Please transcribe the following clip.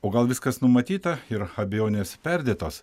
o gal viskas numatyta ir abejonės perdėtos